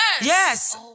Yes